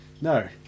no